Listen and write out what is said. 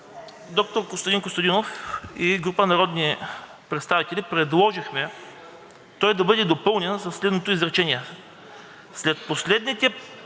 доктор Костадин Костадинов и група народни представители предложихме той да бъде допълнен със следното изречение: „След последните